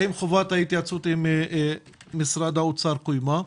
האם חובת ההתייעצות עם משרד האוצר קוימה?